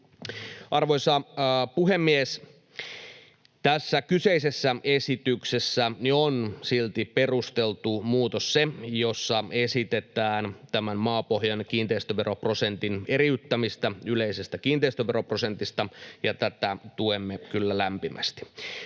Arvoisa puhemies! Tässä kyseisessä esityksessä on silti perusteltu muutos se, jossa esitetään tämän maapohjan kiinteistöveroprosentin eriyttämistä yleisestä kiinteistöveroprosentista, ja tätä tuemme kyllä lämpimästi.